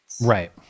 Right